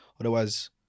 otherwise